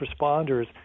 responders